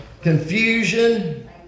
confusion